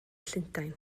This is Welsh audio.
llundain